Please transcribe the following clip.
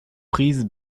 prises